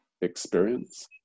experience